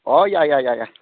ꯍꯣꯏ ꯌꯥꯏ ꯌꯥꯏ ꯌꯥꯏ ꯌꯥꯏ